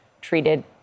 treated